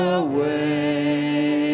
away